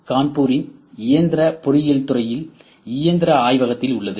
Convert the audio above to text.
கான்பூரின் இயந்திர பொறியியல் துறையில் இயந்திர ஆய்வகத்தில் உள்ளது